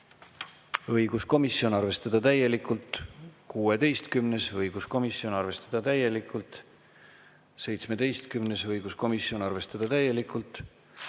õiguskomisjon, arvestada täielikult. 16.: õiguskomisjon, arvestada täielikult. 17.: õiguskomisjon, arvestada täielikult.